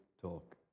talk